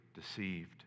deceived